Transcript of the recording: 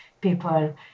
people